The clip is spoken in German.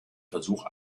versuch